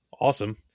awesome